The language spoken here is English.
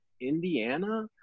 Indiana